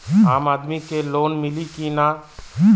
आम आदमी के लोन मिली कि ना?